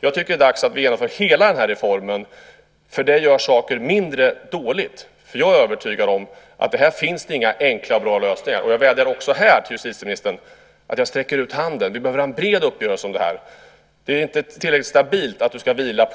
Jag tycker att det är dags att vi genomför hela den här reformen. Det gör saker mindre dåliga. Jag är övertygad om att det inte finns några enkla och bra lösningar. Jag vädjar också här till justitieministern. Jag sträcker ut handen. Vi behöver ha en bred uppgörelse om det här. Det är inte tillräckligt stabilt att du ska vila